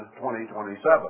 2027